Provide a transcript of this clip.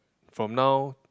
from now